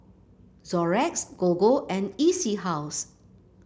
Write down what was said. Xorex Gogo and E C House